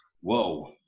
whoa